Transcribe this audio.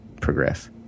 progress